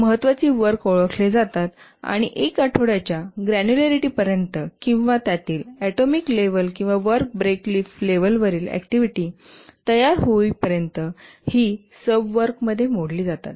महत्वाची वर्क ओळखली जातात आणि एक आठवड्याच्या ग्रॅन्युलॅरिटी पर्यंत किंवा त्यातील ऍटोमिक लेव्हल किंवा वर्क ब्रेक लीफ लेव्हलवरील ऍक्टिव्हिटी तयार होईपर्यंत ही सब वर्कमध्ये मोडली जातात